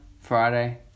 Friday